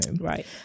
Right